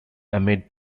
amid